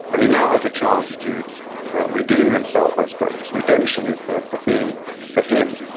and he now has a chance to redeem himself i suppose. redemption is the the theme for him.